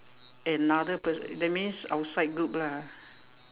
another pers~ that means outside group lah